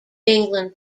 england